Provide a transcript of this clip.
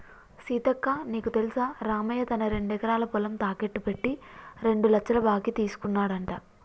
సీతక్క నీకు తెల్సా రామయ్య తన రెండెకరాల పొలం తాకెట్టు పెట్టి రెండు లచ్చల బాకీ తీసుకున్నాడంట